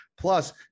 Plus